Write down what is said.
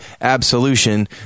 absolution